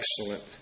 excellent